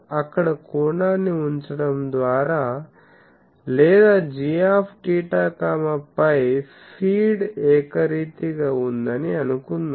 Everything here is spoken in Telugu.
అక్కడ కోణాన్ని ఉంచడం ద్వారా లేదా gθφ ఫీడ్ ఏకరీతిగా ఉందని అనుకుందాం